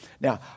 Now